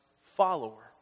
follower